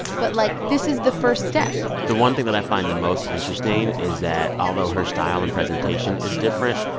but, like, this is the first step the one thing that i find the most interesting is that although her style and presentation is different,